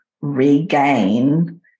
regain